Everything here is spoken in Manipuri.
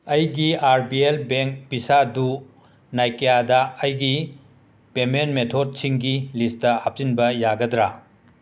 ꯑꯩꯒꯤ ꯑꯥꯔ ꯕꯤ ꯑꯦꯜ ꯕꯦꯡ ꯄꯤꯁꯥꯗꯨ ꯅꯥꯏꯀ꯭ꯌꯥꯗ ꯑꯩꯒꯤ ꯄꯦꯃꯦꯟ ꯃꯦꯊꯣꯠꯁꯤꯡꯒꯤ ꯂꯤꯁꯇ ꯍꯥꯞꯆꯤꯟꯕ ꯌꯥꯒꯗꯔ